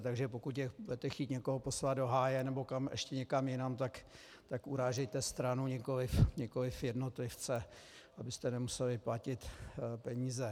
Takže pokud budete chtít někoho poslat do háje nebo ještě někam jinam, tak urážejte stranu, nikoliv jednotlivce, abyste nemuseli platit peníze.